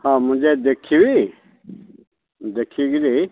ହଁ ମୁଁ ଯାଇ ଦେଖିବି ଦେଖିକିରି